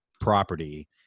property